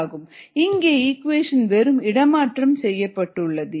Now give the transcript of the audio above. Et E ES இங்கே equation வெறும் இடமாற்றம் செய்யப்பட்டுள்ளது